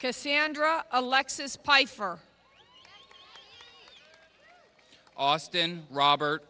cassandra alexis peiffer austin robert